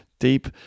deep